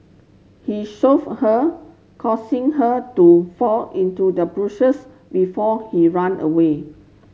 he shove her causing her to fall into the bushes before he run away